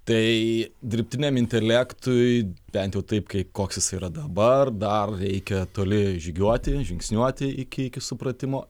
tai dirbtiniam intelektui bent jau taip kai koks jis yra dabar dar reikia toli žygiuoti žingsniuoti iki iki supratimo